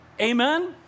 Amen